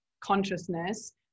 consciousness